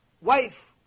Wife